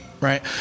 right